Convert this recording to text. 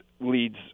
leads